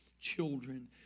children